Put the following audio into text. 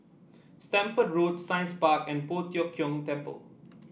Stamford Road Science Park and Poh Tiong Kiong Temple